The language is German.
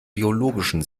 biologischen